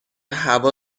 هوا